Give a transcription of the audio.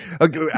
Okay